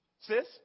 Sis